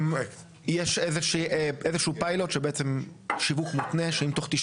יש איזשהו פיילוט שבעצם שיווק מותנה שאם תוך 90